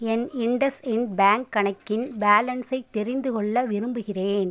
என் IndusInd bank கணக்கின் பேலன்ஸை தெரிந்துகொள்ள விரும்புகிறேன்